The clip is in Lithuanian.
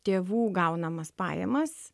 tėvų gaunamas pajamas